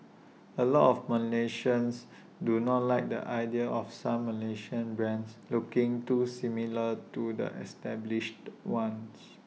A lot of Malaysians do not like the idea of some Malaysian brands looking too similar to the established ones